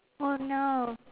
oh no